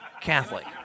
Catholic